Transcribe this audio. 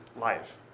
life